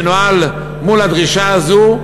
שנוהל מול הדרישה הזו,